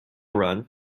run